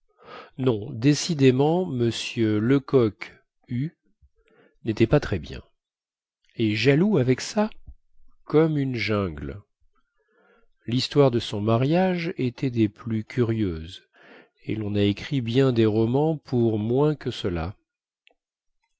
non décidément m lecoq hue nétait pas très bien et jaloux avec ça comme une jungle lhistoire de son mariage était des plus curieuses et lon a écrit bien des romans pour moins que cela